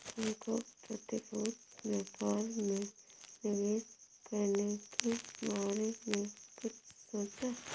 तुमने प्रतिभूति व्यापार में निवेश करने के बारे में कुछ सोचा?